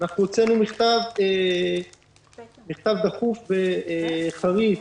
הוצאנו מכתב דחוף וחריף